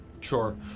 sure